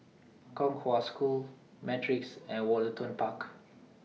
Kong Hwa School Matrix and Woollerton Park